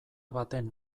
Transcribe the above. baten